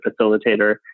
facilitator